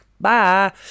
Bye